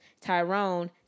Tyrone